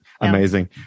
amazing